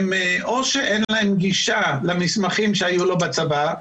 או שאין להם גישה למסמכים שהיו לו בצבא,